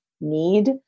need